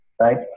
right